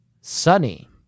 Sunny